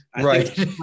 Right